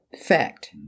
fact